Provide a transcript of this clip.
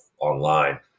online